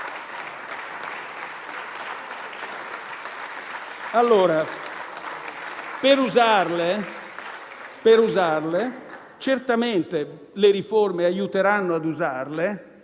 Per usarle, certamente le riforme aiuteranno, ma